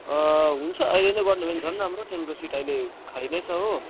हुन्छ अहिले नै गर्नुभयो भने झन् राम्रो ट्रेनको सिट अहिले खाली नै छ हो